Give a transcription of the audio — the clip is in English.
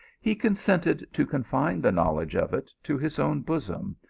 he consented to confine the knowledge of it to his own bosom,